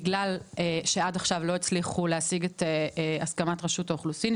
בגלל שעד עכשיו לא הצליחו להשיג את הסכמת רשות האוכלוסין,